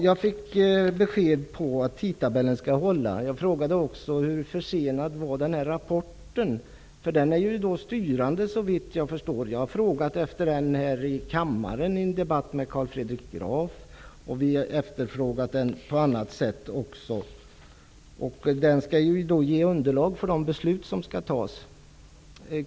Jag fick besked om att tidtabellen skall hålla. Jag frågade också hur försenad rapporten är, eftersom den såvitt jag förstår är styrande. Jag har efterlyst rapporten i en debatt här i kammaren med Carl Fredrik Graf, och den har också efterfrågats vid andra tillfällen. Den skall ju ge underlag för de beslut som skall fattas.